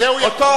זה הוא יכול.